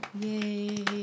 Yay